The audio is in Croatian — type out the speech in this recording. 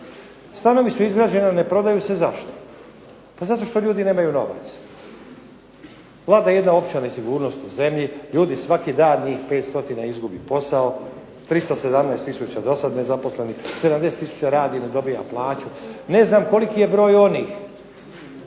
Stanovi su izgrađeni, a ne prodaju se, zašto? Pa zato što ljudi nemaju novaca. Vlada jedna opća nesigurnost u zemlji, ljudi svaki dan njih 500 izgubi posao, 317 tisuća dosad nezaposlenih, 70 tisuća radi, a ne dobiva plaću. Ne znam koliki je broj onih